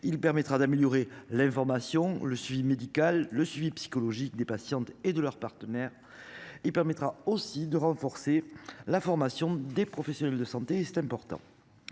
il permettra d'améliorer l'information, le suivi médical, le suivi psychologique des patients et de leurs partenaires. Il permettra aussi de renforcer la formation des professionnels de santé, c'est important.